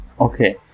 okay